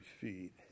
feet